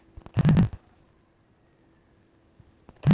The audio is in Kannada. ಬ್ಯಾಂಕಿನ ವ್ಯವಹಾರಗಳು ಆರ್.ಬಿ.ಐನ ರೆಗುಲೇಷನ್ಗೆ ಒಳಪಟ್ಟಿರುತ್ತದೆ